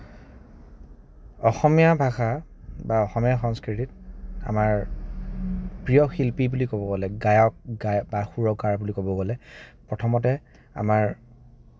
অসমীয়া ভাষা বা অসমীয়া সংস্কৃতিত আমাৰ প্ৰিয় শিল্পী বুলি ক'ব গ'লে গায়ক বা সুৰকাৰ বুলি ক'ব গ'লে প্ৰথমতে আমাৰ